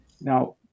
Now